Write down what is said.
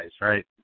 right